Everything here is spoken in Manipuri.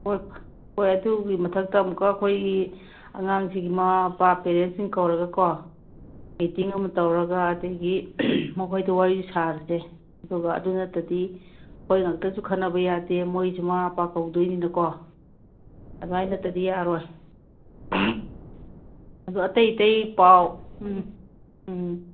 ꯍꯣꯏ ꯍꯣꯏ ꯑꯗꯨꯒꯤ ꯃꯊꯛꯇ ꯑꯃꯨꯛꯀ ꯑꯩꯈꯣꯏ ꯑꯉꯥꯡꯁꯤꯡꯒꯤ ꯃꯃꯥ ꯃꯄꯥ ꯄꯦꯔꯦꯟꯁꯁꯤꯡ ꯀꯧꯔꯒꯀꯣ ꯃꯦꯇꯤꯡ ꯑꯃ ꯇꯧꯔꯒ ꯑꯗꯨꯗꯒꯤ ꯃꯈꯣꯏꯗ ꯋꯥꯔꯤ ꯁꯥꯔꯁꯦ ꯑꯗꯨꯒ ꯑꯗꯨ ꯅꯠꯇ꯭ꯔꯗꯤ ꯑꯩꯈꯣꯏ ꯉꯥꯛꯇꯁꯨ ꯈꯟꯅꯕ ꯌꯥꯗꯦ ꯃꯣꯏꯒꯨꯁꯨ ꯃꯃꯥ ꯃꯄꯥ ꯀꯧꯗꯣꯏꯅꯤꯅꯀꯣ ꯑꯗꯨꯃꯥꯏꯅ ꯅꯠꯇ꯭ꯔꯗꯤ ꯌꯥꯔꯣꯏ ꯑꯗꯨ ꯑꯇꯩ ꯑꯇꯩ ꯄꯥꯎ ꯎꯝ ꯎꯝ